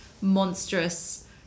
monstrous